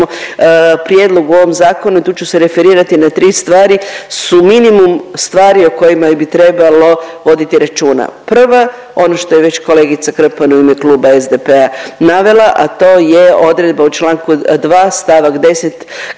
prijedlog u ovom zakonu i tu ću se referirati na tri stvari su minimum stvari o kojima bi trebalo voditi računa. Prva, ono što je već kolegica Krpan u ime Kluba SDP-a navela, a to je odredba u Članku 2. stavak 10.